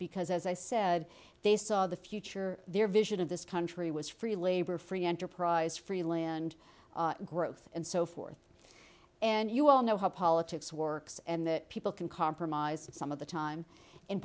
because as i said they saw the future their vision of this country was free labor free enterprise free land growth and so forth and you all know how politics works and that people can compromise some of the time in